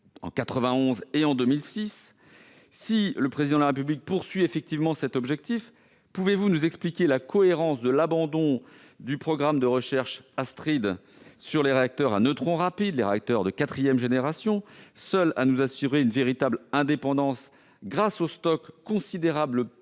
en 1991 et en 2006 ? Si le Président de la République vise effectivement un tel objectif, pouvez-vous nous expliquer la cohérence de l'abandon du programme de recherche Astrid sur les réacteurs à neutrons rapides, les réacteurs de quatrième génération, seuls à même de nous assurer une véritable indépendance grâce au stock considérable de plus